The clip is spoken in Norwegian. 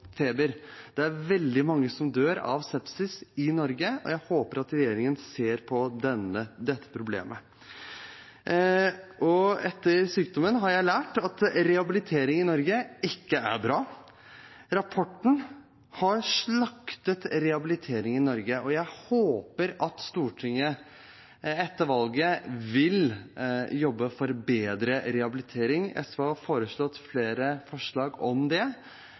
feber. Det er veldig mange som dør av sepsis i Norge, og jeg håper at regjeringen ser på dette problemet. Etter sykdommen har jeg lært at rehabilitering i Norge ikke er bra. Rapporten har slaktet rehabilitering i Norge, og jeg håper at Stortinget etter valget vil jobbe for bedre rehabilitering. SV har kommet med flere forslag om det.